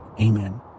Amen